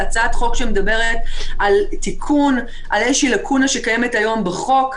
הצעת חוק שמדברת על תיקון של איזושהי לקונה שקיימת היום בחוק.